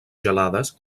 gelades